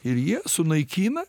ir jie sunaikina